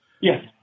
Yes